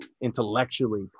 intellectually